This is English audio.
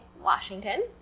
Washington